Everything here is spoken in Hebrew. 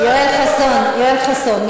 יואל חסון,